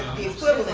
the equivalent.